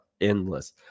endless